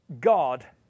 God